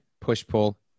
push-pull